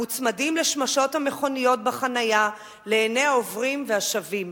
המוצמדים לשמשות המכוניות בחנייה לעיני העוברים והשבים,